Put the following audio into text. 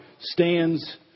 stands